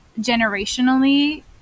generationally